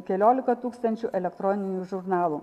keliolika tūkstančių elektroninių žurnalų